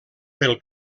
pel